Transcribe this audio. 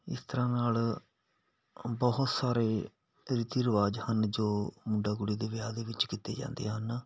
ਇਸ ਤਰ੍ਹਾਂ ਨਾਲ ਬਹੁਤ ਸਾਰੇ ਰੀਤੀ ਰਿਵਾਜ਼ ਹਨ ਜੋ ਮੁੰਡਾ ਕੁੜੀ ਦੇ ਵਿਆਹ ਦੇ ਵਿੱਚ ਕੀਤੇ ਜਾਂਦੇ ਹਨ